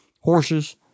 horses